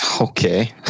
Okay